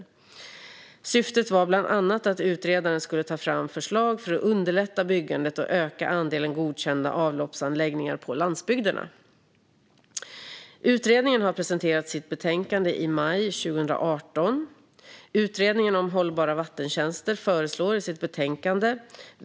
Utredaren skulle bland annat ta fram förslag för att underlätta byggandet och öka andelen godkända avloppsanläggningar på landsbygderna. Utredningen om hållbara vattentjänster presenterade sitt betänkande Vägar till hållbara vatten tjänster i maj 2018.